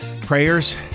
prayers